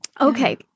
Okay